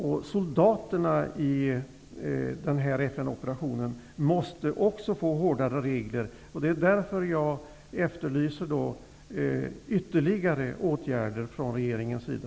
Också soldaterna i den här FN-operationen måste få hårdare regler. Det är därför som jag efterlyser ytterligare åtgärder från regeringens sida.